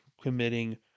committing